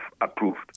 approved